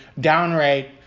downright